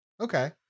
okay